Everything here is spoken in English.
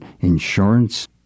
insurance